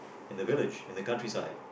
in the village in the country side